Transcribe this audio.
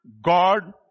God